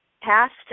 past